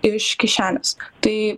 iš kišenės tai